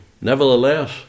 Nevertheless